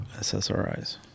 SSRIs